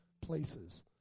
places